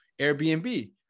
Airbnb